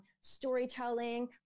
storytelling